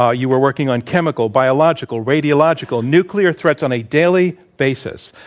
ah you were working on chemical, biological, radiological nuclear threats on a daily basis.